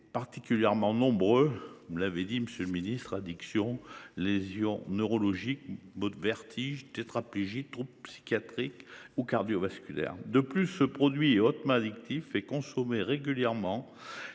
particulièrement nombreux, comme vous l’avez indiqué, monsieur le ministre : addiction, lésions neurologiques, vertiges, tétraplégie, troubles psychiatriques ou cardiovasculaires. De plus, ce produit est hautement addictif. Sa consommation régulière peut